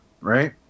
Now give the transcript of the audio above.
right